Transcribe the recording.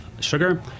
sugar